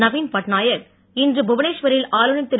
நவீன் பட்நாயக் இன்று புவனேஸ்வரில் ஆளுநர் திரு